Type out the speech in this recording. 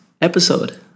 episode